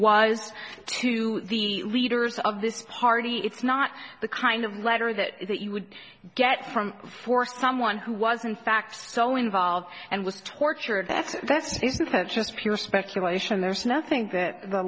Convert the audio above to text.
was to the leaders of this party it's not the kind of letter that that you would get from for someone who was in fact so involved and was tortured that's it said just pure speculation there's nothing that the